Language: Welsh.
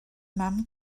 mam